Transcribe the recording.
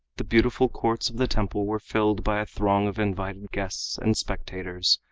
the beautiful courts of the temple were filled by a throng of invited guests and spectators,